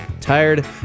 tired